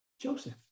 Joseph